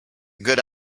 good